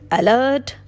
alert